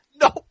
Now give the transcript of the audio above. no